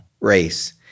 race